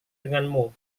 denganmu